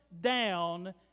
down